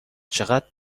چقد